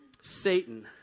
Satan